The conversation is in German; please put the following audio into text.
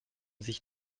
sich